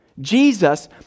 Jesus